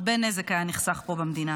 הרבה נזק היה נחסך פה במדינה.